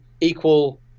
equal